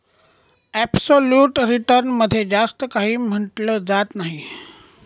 absolute return मध्ये जास्त काही म्हटलं जात नाही